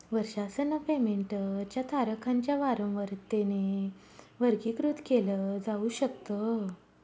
वर्षासन पेमेंट च्या तारखांच्या वारंवारतेने वर्गीकृत केल जाऊ शकत